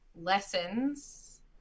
lessons